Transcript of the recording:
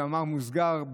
במאמר מוסגר,